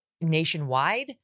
nationwide